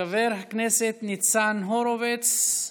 חבר הכנסת ניצן הורוביץ,